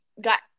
got